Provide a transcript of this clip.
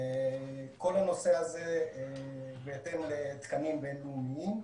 כל הנושא הזה הוא בהתאם לתקנים בינלאומיים,